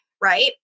right